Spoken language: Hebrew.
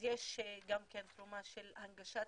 אז יש גם כן תרומה של הנגשת